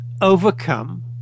overcome